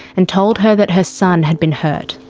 and told her that her son had been hurt.